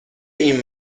این